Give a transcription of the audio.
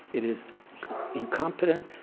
it is incompetent,